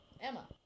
Emma